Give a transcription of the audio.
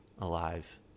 alive